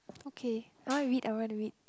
okay now you eat I want to eat